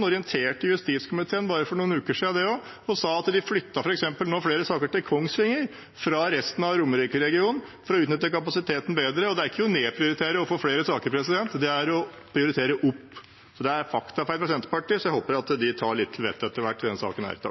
orienterte justiskomiteen for bare noen uker siden og sa at de nå flyttet flere saker til Kongsvinger fra resten av Romerike-regionen for å utnytte kapasiteten bedre. Å få flere saker er ikke å nedprioritere – det er å prioritere opp. Det er faktafeil fra Senterpartiet, så jeg håper de tar litt til vettet etter hvert i denne saken. Ja, det